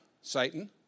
Satan